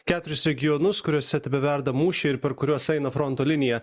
keturis regionus kuriuose tebeverda mūšiai ir per kuriuos aina fronto linija